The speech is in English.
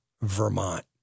Vermont